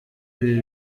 ibi